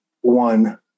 one